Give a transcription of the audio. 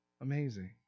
Amazing